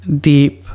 deep